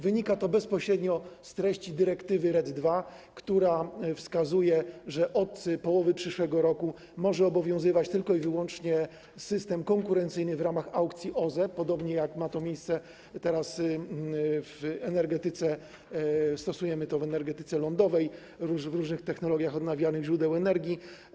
Wynika to bezpośrednio z treści dyrektywy RED II, która wskazuje, że od połowy przyszłego roku może obowiązywać tylko i wyłącznie system konkurencyjny w ramach aukcji OZE, podobnie jak ma to miejsce teraz w energetyce, jak stosujemy to w energetyce lądowej, różnych technologiach odnawialnych źródeł energii.